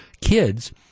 kids